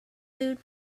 food